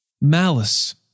malice